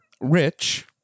rich